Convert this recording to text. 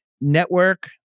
Network